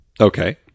Okay